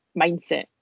mindset